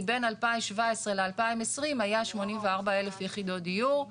בין 2017-2020 היה 84,000 יחידות דיור,